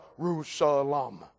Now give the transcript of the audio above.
Jerusalem